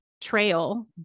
trail